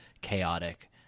chaotic